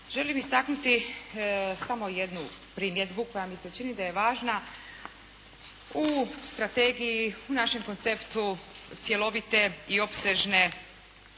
želim istaknuti samo jednu primjedbu koja mi se čini da je važna u strategiji, u našem konceptu cjelovite i opsežne